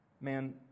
Man